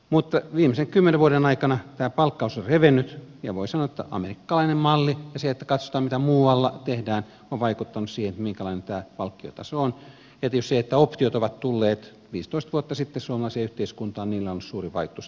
mutta viimeisen kymmenen vuoden aikana tämä palkkaus on revennyt ja voi sanoa että amerikkalainen malli ja se että katsotaan mitä muualla tehdään ovat vaikuttaneet siihen minkälainen tämä palkkiotaso on ja tietysti sillä että optiot ovat tulleet viisitoista vuotta sitten suomalaiseen yhteiskuntaan on ollut suuri vaikutus tässä yhteydessä